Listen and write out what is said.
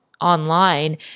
online